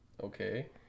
Okay